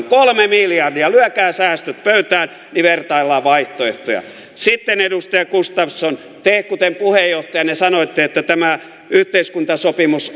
kolme miljardia lyökää säästöt pöytään niin vertaillaan vaihtoehtoja sitten edustaja gustafsson te kuten puheenjohtajanne sanoitte että tämä yhteiskuntasopimus